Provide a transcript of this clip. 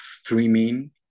streaming